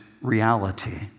reality